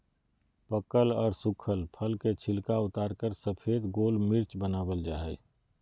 पकल आर सुखल फल के छिलका उतारकर सफेद गोल मिर्च वनावल जा हई